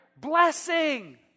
blessing